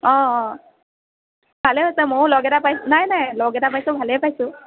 অ' অ' ভালেই হৈছে মইও লগ এটা পাইছোঁ নাই নাই লগ এটা পাইছোঁ ভালেই পাইছোঁ